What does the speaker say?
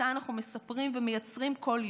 שאותה אנחנו מספרים ומייצרים כל יום.